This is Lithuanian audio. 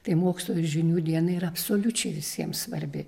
tai mokslo ir žinių diena yra absoliučiai visiems svarbi